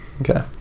Okay